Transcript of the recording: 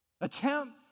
Attempt